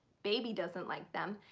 baby doesn't like them.